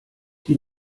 die